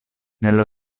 nello